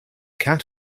cat